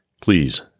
please